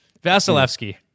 Vasilevsky